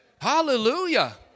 Hallelujah